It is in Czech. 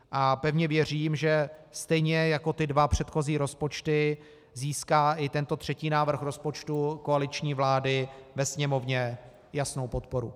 A pevně věřím, že stejně jako ty dva předchozí rozpočty získá i tento třetí návrh rozpočtu koaliční vlády ve Sněmovně jasnou podporu.